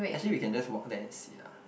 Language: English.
actually we can just walk there and see ah